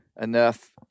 enough